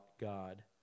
God